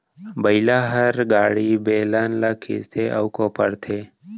बइला हर गाड़ी, बेलन ल खींचथे अउ कोपरथे